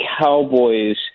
Cowboys